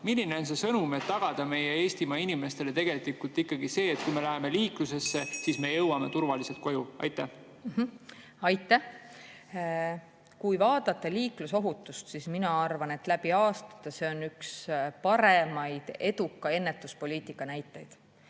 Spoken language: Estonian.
Milline on see sõnum, et tagada meie Eestimaa inimestele ikkagi see, et kui me läheme liiklusesse, siis me jõuame turvaliselt koju? (Juhataja helistab kella.) Aitäh! Kui vaadata liiklusohutust, siis mina arvan, et läbi aastate on see olnud üks paremaid eduka ennetuspoliitika näiteid.